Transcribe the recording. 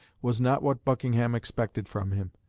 was not what buckingham expected from him.